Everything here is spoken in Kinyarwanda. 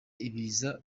ibiza